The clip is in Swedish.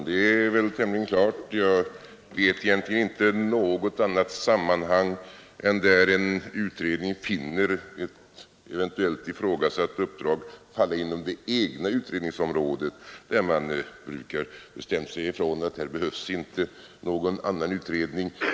Herr talman! Det enda sammanhang då en pågående utredning uttryckligen brukar säga ifrån att en ifrågasatt ny utredning inte behövs är då den nya utredningen klart faller inom det utredningsarbete som redan pågår.